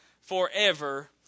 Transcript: forever